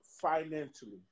financially